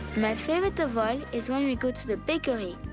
my favorite of all is when we go to the bakery.